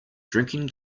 drinking